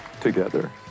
together